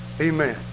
Amen